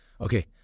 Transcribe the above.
Okay